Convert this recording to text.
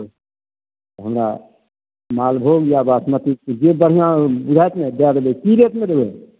हमरा मालभोग या बासमती जे बढ़िआँ बुझाएत ने दै देबै की रेटमे देबै